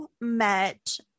met